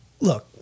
Look